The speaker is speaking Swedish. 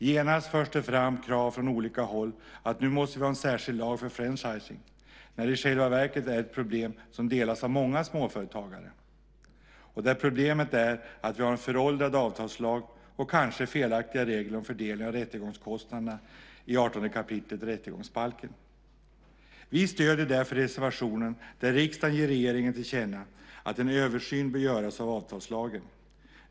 Genast förs det fram krav från olika håll att vi nu måste ha en särskild lag för franchising när det i själva verket är ett problem som delas av många småföretagare. Problemet är att vi har en föråldrad avtalslag och kanske felaktiga regler om fördelning av rättegångskostnaderna i 18 kap. rättegångsbalken. Vi stöder därför reservationen där riksdagen ger regeringen till känna att en översyn bör göras av avtalslagen.